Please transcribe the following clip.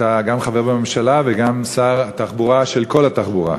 אתה גם חבר בממשלה וגם שר התחבורה של כל התחבורה.